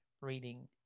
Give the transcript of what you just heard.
reading